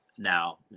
Now